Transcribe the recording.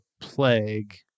plague